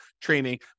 training